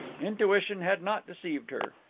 intuition had not deceived her.